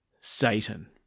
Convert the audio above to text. Satan